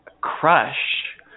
crush